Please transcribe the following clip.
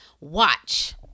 Watch